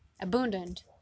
abundant